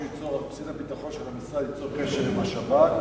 קצין הביטחון של המשרד ייצור קשר עם השב"כ,